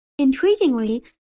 Intriguingly